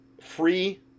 free